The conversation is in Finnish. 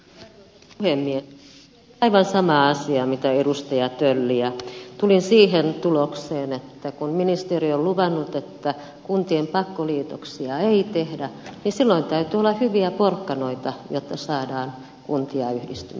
mietin aivan samaa asiaa kuin edustaja tölli ja tulin siihen tulokseen että kun ministeri on luvannut että kuntien pakkoliitoksia ei tehdä niin silloin täytyy olla hyviä porkkanoita jotta saadaan kuntia yhdistymään vapaaehtoisesti